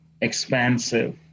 expansive